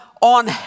on